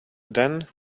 then